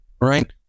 right